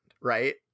right